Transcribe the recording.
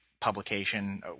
publication